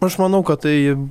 aš manau kad tai